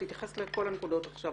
תתייחס לכל הנקודות עכשיו,